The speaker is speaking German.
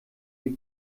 die